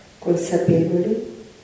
consapevoli